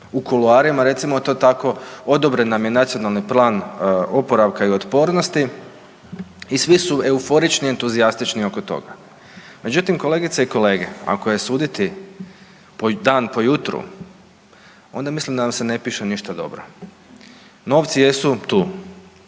u kuloarima recimo to tako. Odobren nam je Nacionalni plan oporavka i otpornosti i svi su euforični i entuzijastični oko toga. Međutim, kolegice i kolege ako je suditi dan po jutru onda mislim da nam se ne piše ništa dobro. Novci jesu tu.